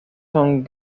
son